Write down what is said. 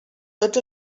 tots